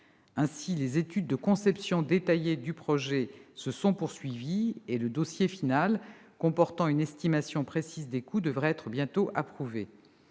Ainsi, les études de conception détaillée du projet se sont poursuivies et le dossier final comportant une estimation précise des coûts devrait bientôt être approuvé.